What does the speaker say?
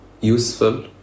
useful